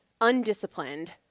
undisciplined